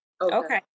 Okay